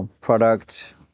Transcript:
product